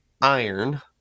iron